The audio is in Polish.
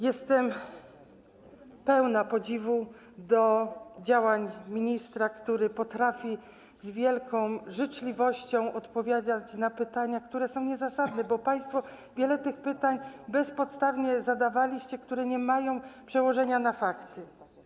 Jestem pełna podziwu dla działań ministra, który potrafi z wielką życzliwością odpowiadać na pytania, które są niezasadne, bo państwo wiele tych pytań zadawaliście bezpodstawnie, pytań, które nie mają przełożenia na fakty.